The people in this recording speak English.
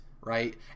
right